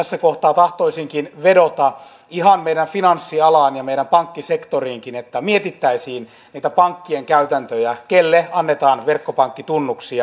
tässä kohtaa tahtoisinkin vedota ihan meidän finanssialaamme ja meidän pankkisektoriimmekin että mietittäisiin niitä pankkien käytäntöjä kenelle annetaan verkkopankkitunnuksia